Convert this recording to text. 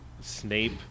Snape